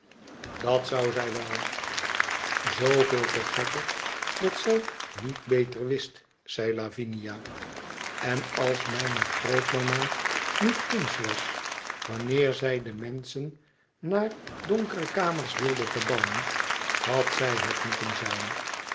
dat zou zij wel zooveel te gekker dat zij niet beter wist zei lavinia n als mijne grootmama niet kindsch was wanneer zij de menschen naar donkere kamers wilde verbannen had zij het moeten zijn